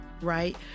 Right